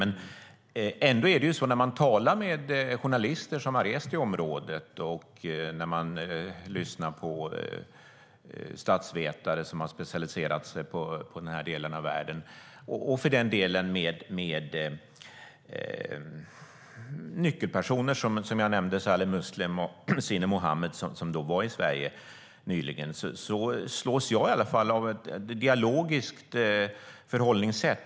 Men när jag har lyssnat på journalister som rest i området, statsvetare som specialiserat sig på den här delen av världen och för den delen nyckelpersoner som Saleh Muslim och Sinam Mohammad, som var i Sverige nyligen, har jag ändå slagits av att det finns ett dialogiskt förhållningssätt.